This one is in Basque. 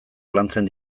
lantzen